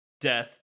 death